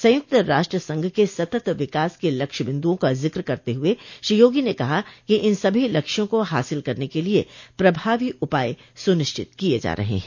संयुक्त राष्ट्र संघ के सतत विकास के लक्ष्य बिन्दुओं का जिक्र करते हुये श्री योगी ने कहा कि इन सभी लक्ष्यों को हासिल करने के लिए प्रभावी उपाय सुनिश्चित किए जा रहे हैं